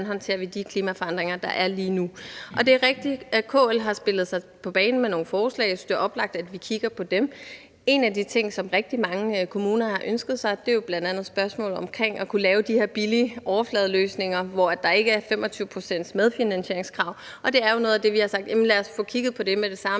håndterer de klimaforandringer, der er lige nu. Det er rigtigt, at KL har spillet sig på banen med nogle forslag. Jeg synes, det er oplagt, at vi kigger på dem. En af de ting, som rigtig mange kommuner har ønsket sig, er jo bl.a. at kunne lave de her billige overfladeløsninger, hvor der ikke er et medfinansieringskrav på 25 pct., og det er et af de steder, hvor vi har sagt: Lad os få kigget på det med det samme,